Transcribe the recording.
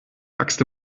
axt